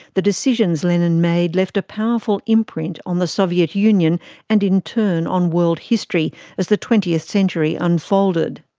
the decisions lenin made left a powerful imprint on the soviet union and in turn on world history as the twentieth century unfolded.